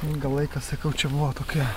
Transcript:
gal laikas sakau čia buvo tokia